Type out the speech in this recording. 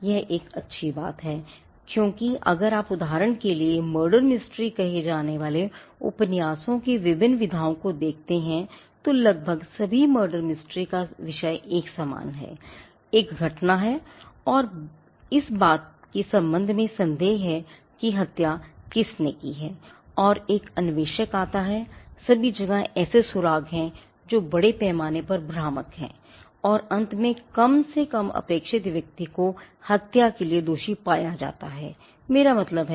यह एक अच्छी बात है क्योंकि अगर आप उदाहरण के लिए मर्डर मिस्ट्री है